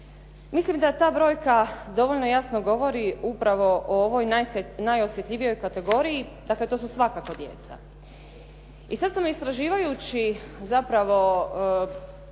Mislim da ta brojka dovoljno jasno govori upravo o ovoj najosjetljivijoj kategoriji, dakle to su svakako djeca. I sad sam istraživajući zapravo